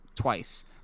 twice